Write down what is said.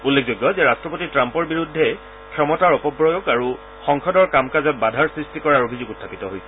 উল্লেখযোগ্য যে ৰট্টপতি ট্ৰাম্পৰ বিৰুদ্ধে ক্ষমতাৰ অপপ্ৰয়োগ আৰু সংসদৰ কাম কাজত বাধাৰ সৃষ্টি কৰাৰ অভিযোগ উখাপিত হৈছে